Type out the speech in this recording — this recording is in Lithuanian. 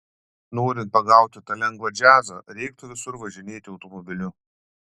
norint pagauti tą lengvą džiazą reiktų visur važinėti automobiliu